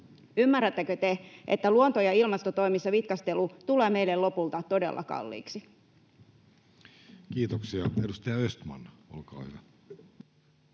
Ymmärrättekö te, että luonto- ja ilmastotoimissa vitkastelu tulee meille lopulta todella kalliiksi? [Speech 22] Speaker: